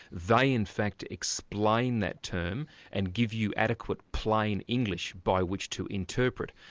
they in fact explain that term and give you adequate plain english by which to interpret,